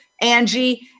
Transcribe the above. Angie